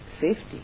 safety